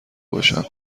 باشم